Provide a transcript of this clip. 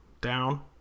down